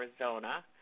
Arizona